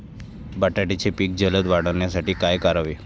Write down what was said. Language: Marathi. बटाट्याचे पीक जलद वाढवण्यासाठी काय करावे?